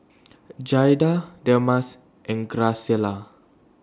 Jaeda Delmas and Graciela